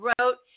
wrote